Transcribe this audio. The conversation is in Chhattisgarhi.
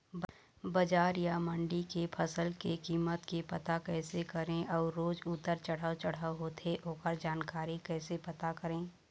बजार या मंडी के फसल के कीमत के पता कैसे करें अऊ रोज उतर चढ़व चढ़व होथे ओकर जानकारी कैसे पता करें?